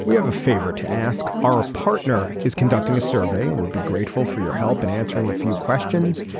we have a favor to ask. our partner is conducting a survey and would be grateful for your help in and answering a few questions.